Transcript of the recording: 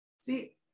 See